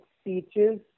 speeches